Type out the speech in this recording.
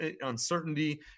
uncertainty